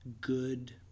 good